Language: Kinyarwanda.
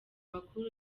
makuru